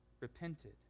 repented